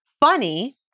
funny